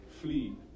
flee